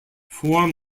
four